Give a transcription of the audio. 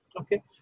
Okay